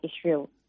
Israel